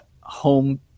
home